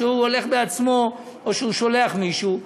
או שהוא הולך בעצמו או שהוא שולח מישהו,